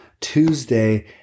Tuesday